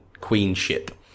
queenship